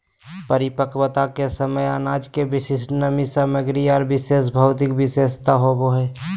परिपक्वता के समय अनाज में विशिष्ट नमी सामग्री आर विशेष भौतिक विशेषता होबो हइ